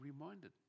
reminded